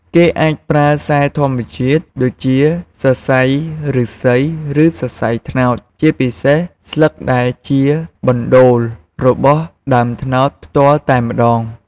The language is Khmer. គេអាចប្រើខ្សែធម្មជាតិដូចជា សរសៃឫស្សី ឬសរសៃត្នោត ជាពិសេសស្លឹកដែលជាបណ្តូររបស់ដើមត្នោតផ្ទាល់តែម្តង។